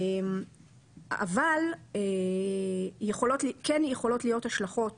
אבל כן יכולות להיות השלכות